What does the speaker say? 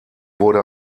wurde